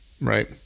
right